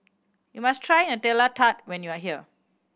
you must try Nutella Tart when you are here